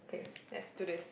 okay let's do this